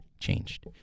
changed